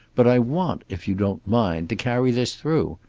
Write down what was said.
but i want, if you don't mind, to carry this through.